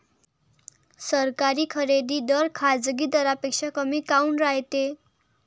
सरकारी खरेदी दर खाजगी दरापेक्षा कमी काऊन रायते?